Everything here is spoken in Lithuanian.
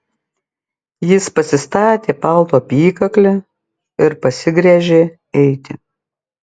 jis pasistatė palto apykaklę ir pasigręžė eiti